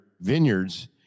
vineyards